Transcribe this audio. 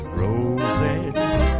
roses